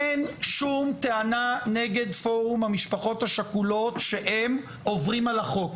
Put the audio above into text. אין שום טענה נגד פורום המשפחות השכולות שהם עוברים על החוק,